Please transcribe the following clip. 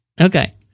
Okay